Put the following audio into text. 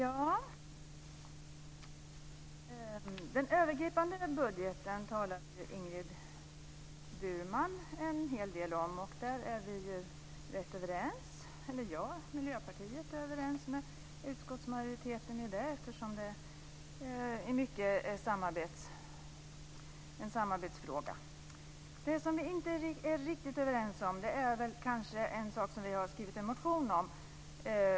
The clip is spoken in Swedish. Fru talman! Den övergripande budgeten talade Ingrid Burman en hel del om. Där är jag och Miljöpartiet överens med utskottsmajoriteten, eftersom det i mycket är en samarbetsfråga. Det vi inte är riktigt överens om är en sak som vi har skrivit en motion om.